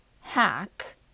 hack